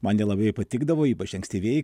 man ji labai patikdavo ypač ankstyvieji